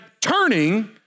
turning